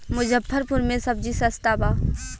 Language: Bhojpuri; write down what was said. मुजफ्फरपुर में सबजी सस्ता बा